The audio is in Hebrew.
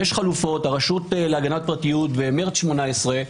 יש חלופות, הרשות להגנת פרטיות במרס 18'